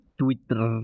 twitter